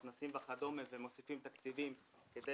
מתנ"סים וכדומה ומוסיפים תקציבים כדי